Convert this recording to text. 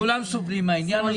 המשקיעים